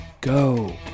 go